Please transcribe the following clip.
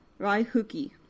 Raihuki